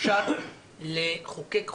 שאפשר לחוקק חוקים.